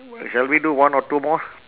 shall we do one or two more